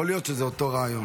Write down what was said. יכול להיות שזה אותו רעיון.